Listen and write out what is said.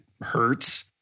hurts